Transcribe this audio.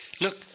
Look